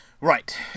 Right